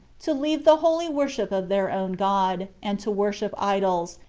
to leave the holy worship of their own god, and to worship idols,